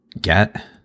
get